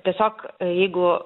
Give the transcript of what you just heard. tiesiog jeigu